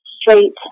straight